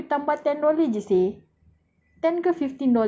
ten ke fifteen dollar so it's around eighty plus lah